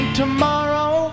tomorrow